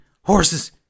horse's